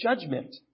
judgment